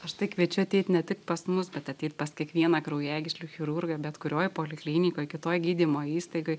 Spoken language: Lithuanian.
aš tai kviečiu ateit ne tik pas mus bet ateit pas kiekvieną kraujagyslių chirurgą bet kurioj poliklinikoj kitoj gydymo įstaigoj